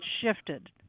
shifted